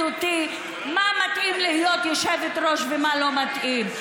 אותי מה מתאים ליושבת-ראש ומה לא מתאים.